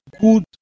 good